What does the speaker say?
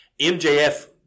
MJF